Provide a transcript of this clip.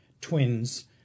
twins